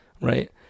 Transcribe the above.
right